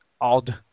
odd